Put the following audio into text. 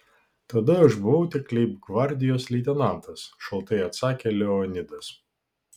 tada aš buvau tik leibgvardijos leitenantas šaltai atsakė leonidas